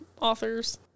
authors